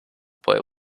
boy